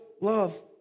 love